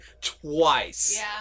twice